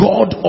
God